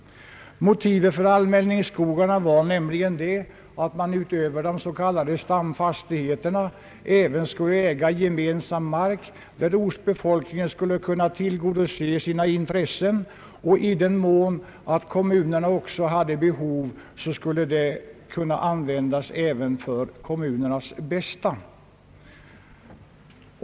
Motivet för allmänningsskogarna var nämligen det att man utöver de s.k. stamfastigheterna även skulle gemensamt äga mark på vilken ortsbefolkningen skulle kunna tillgodose sina intressen. I den mån kommunerna också hade sådana behov skulle allmänningsskogarna kunna användas även för kommunernas bästa.